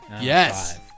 Yes